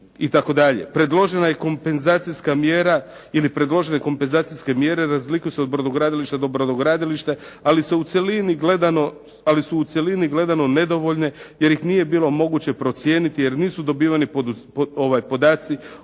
predložene kompenzacijske mjere razlikuju se od brodogradilišta do brodogradilišta, ali su u cjelini gledano nedovoljno jer ih nije bilo moguće procijeniti jer nisu dobivani podaci